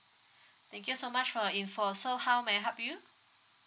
thank you so much for your info so how may I help you